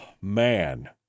man